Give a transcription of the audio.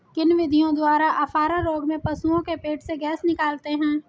किन विधियों द्वारा अफारा रोग में पशुओं के पेट से गैस निकालते हैं?